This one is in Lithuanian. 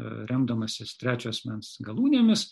remdamasis trečio asmens galūnėmis